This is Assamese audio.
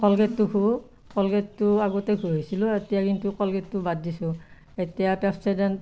ক'লগেটটো ঘহোঁ ক'লগেটটো আগতে ঘঁহিছিলোঁ এতিয়া কিন্তু ক'লগেটটো বাদ দিছোঁ এতিয়া পেপছ'ডেণ্ট